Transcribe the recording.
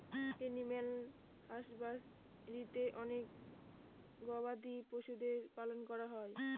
animal হাসবাদরীতে অনেক গবাদি পশুদের পালন করা হয়